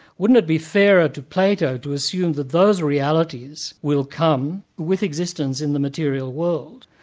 wouldn't it be fairer to plato to assume that those realities will come with existence in the material world,